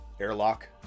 airlock